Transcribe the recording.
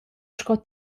sco